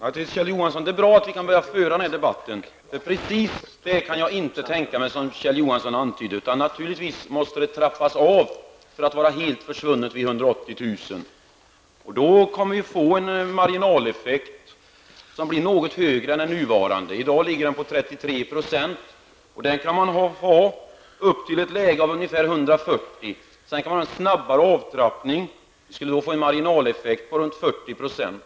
Herr talman! Det är bra, Kjell Johansson, att vi kan börja debattera den saken, för just det som Kjell Johansson antydde är otänkbart för min del. Naturligtvis måste det bli en avtrappning. Vid inkomster över 180 000 kr. måste grundavdraget helt försvinna. Då får vi en marginaleffekt som blir något högre än den nuvarande. I dag handlar det om 33 %-- det kan gälla upp till ungefär 140 000 kr. Sedan kan det vara snabbare avtrappning. Marginaleffekten skulle då ligga på runt 40 %.